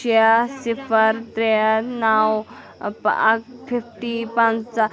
شےٚ صِفر ترٛےٚ نَو ٲں فِفٹی پنٛژاہ